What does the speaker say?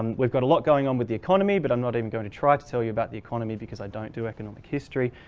um we've got a lot going on with the economy but i'm not even going to try to tell you about the economy because i don't do economic history.